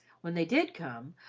when they did come,